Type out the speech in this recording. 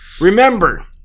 remember